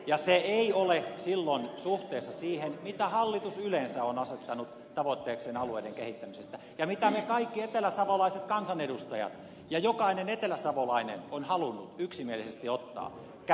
ja se ei ole silloin suhteessa siihen mitä hallitus yleensä on asettanut tavoitteekseen alueiden kehittämisessä ja mitä me kaikki eteläsavolaiset kansanedustajat olemme halunneet ja jokainen eteläsavolainen on halunnut yksimielisesti ottaa käsittelyyn